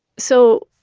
so,